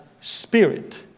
spirit